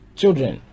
children